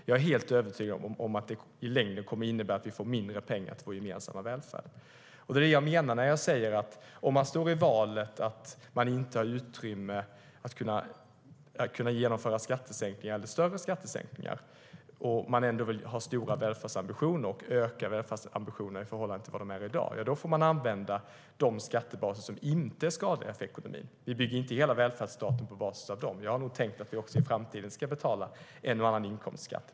Jag är helt övertygad om att det i längden kommer att innebära att vi får mindre pengar till vår gemensamma välfärd. Det är det jag menar när jag säger att om man står i valet mellan att inte ha utrymme att genomföra skattesänkningar och ha stora välfärdsambitioner, och ökade välfärdsambitioner i förhållande till i dag, får man använda de skattebaser som inte är skadliga för ekonomin. Vi bygger ju inte hela välfärdsstaten på basis av dem. Jag har nog tänkt att vi också i framtiden ska betala en och annan inkomstskatt.